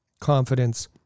confidence